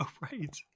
right